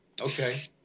Okay